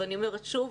אני אומרת שוב,